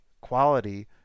quality